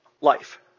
life